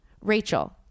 Rachel